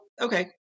okay